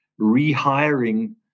rehiring